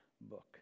book